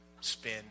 spin